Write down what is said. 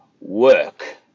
work